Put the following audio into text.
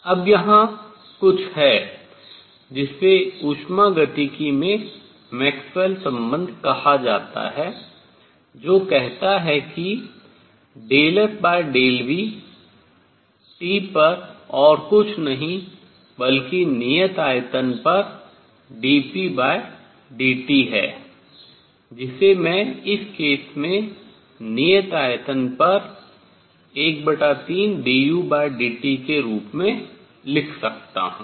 अब यहाँ कुछ है जिसे उष्मागतिकी में मैक्सवेल संबंध कहा जाता है जो कहता है कि ∂S∂V T पर और कुछ नहीं बल्कि नियत आयतन पर dPdT है जिसे मैं इस केस में नियत आयतन पर 13dUdT के रूप में लिख सकता हूँ